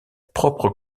propre